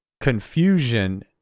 confusion